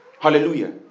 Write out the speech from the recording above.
Hallelujah